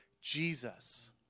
Jesus